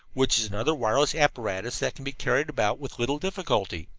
which is another wireless apparatus that can be carried about with little difficulty.